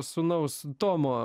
sūnaus tomo